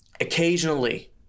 Occasionally